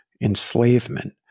enslavement